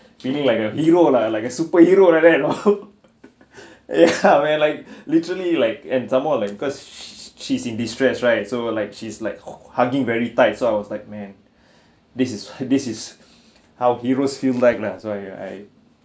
feeling like a hero lah like a superhero like that know ya where like literally like and some more like because sh~ she's in distress right so like she's like hu~ hugging very tight so I was like man this is this is how heroes feel like lah so I I